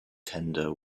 tender